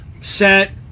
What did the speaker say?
set